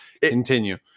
continue